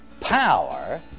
power